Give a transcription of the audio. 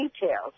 details